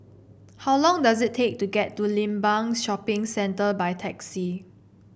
how long does it take to get to Limbang Shopping Centre by taxi